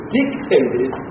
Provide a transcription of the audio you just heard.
dictated